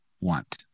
want